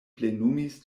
plenumis